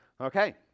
Okay